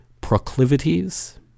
proclivities